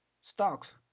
stocks